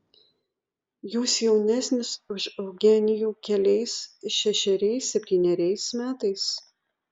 jūs jaunesnis už eugenijų keliais šešeriais septyneriais metais